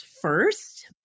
first